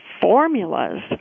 formulas